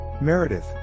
Meredith